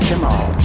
Jamal